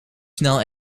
snel